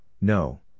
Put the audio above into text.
No